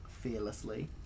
fearlessly